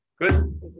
Good